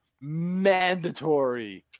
mandatory